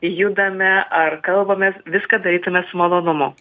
judame ar kalbamės viską darytume su malonumu